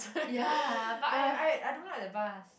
ya but I I I don't like the bus